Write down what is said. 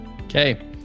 Okay